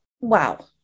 Wow